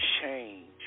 change